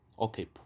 okay